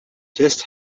just